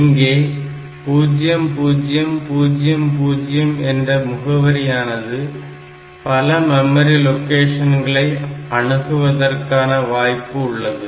இங்கே 0000 என்ற முகவரியானது பல மெமரி லொகேஷன்களை அணுகுவதற்கான வாய்ப்பு உள்ளது